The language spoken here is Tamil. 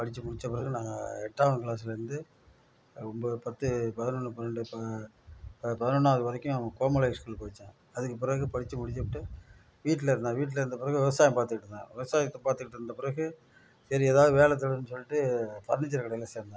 படித்து முடித்த பிறகு நான் எட்டாம் கிளாஸ்லேருந்து ஒம்போது பத்து பதினொன்று பன்னெண்டு பதினொன்றாவது வரைக்கும் கோமலை ஸ்கூலில் படித்தேன் அதுக்கு பிறகு படித்து முடிச்சுட்டு வீட்டில் இருந்தேன் வீட்டில் இருந்த பிறகு விவசாயம் பாத்துட்டுருந்தேன் விவசாயத்தை பாத்துகிட்டுருந்த பிறகு சரி ஏதோ வேலை தேடுவோம் சொல்லிட்டு பர்னிச்சர் கடையில் சேந்தேன்